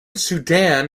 sudan